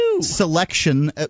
selection